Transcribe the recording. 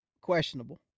questionable